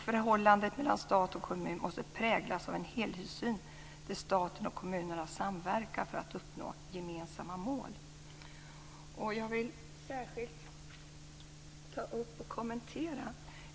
Förhållandet mellan stat och kommun måste präglas av en helhetssyn där staten och kommunerna samverkar för att uppnå gemensamma mål. Jag vill särskilt ta upp och kommentera en sak.